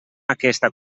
aquesta